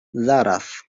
zaraz